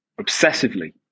obsessively